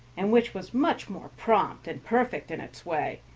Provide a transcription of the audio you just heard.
and which was much more prompt and perfect in its way,